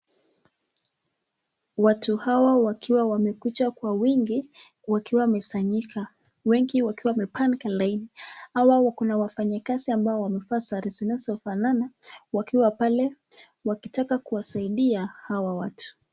Watu hawa wakiwa wamekuja kwa wingi wakiwa wamesanyika wengi wakiwa wamepanga laini. Hawa kuja wafanyikazi ambao wamevaa sare zinazofanana wakiwa pale wakitaka kuwasaidia hawa watu.